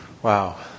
Wow